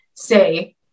say